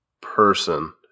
person